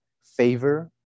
favor